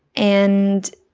and